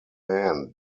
men